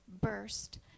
burst